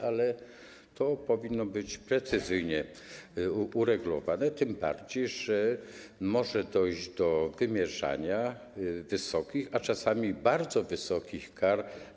Ale to powinno być precyzyjnie uregulowane, tym bardziej że może dojść do wymierzania wysokich, a czasami bardzo wysokich kar.